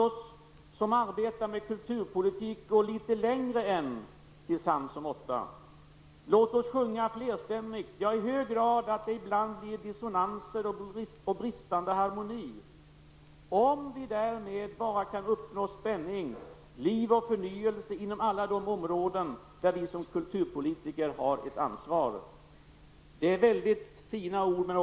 Hans arbete med de näringspolitiska frågorna har präglats av vidsynthet och internationell inriktning. Hans kunniga arbete som ordförande i riksdagens EFTA-delegation och som ordförande i Europarådets kommitté för vetenskap och teknik har betytt mycket för Sverige i Europasammanhang.